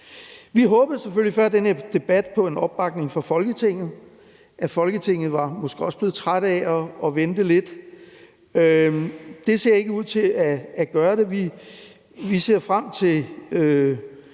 før den her debat på en opbakning fra Folketinget og på, at Folketinget måske også var blevet trætte af at vente. Det ser ikke ud til at være tilfældet. Vi ser frem til,